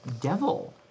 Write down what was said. devil